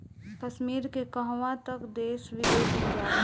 कश्मीर के कहवा तअ देश विदेश में जाला